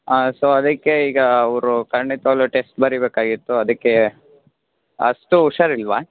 ಹಾನ್ so ಅದಕ್ಕೆ ಈಗ ಅವರು ಖಂಡಿತವಾಗ್ಲೂ ಟೆಸ್ಟ್ ಬರಿಬೇಕಾಗಿತ್ತು ಅದಕ್ಕೆ ಅಷ್ಟು ಹುಷಾರಿಲ್ವಾ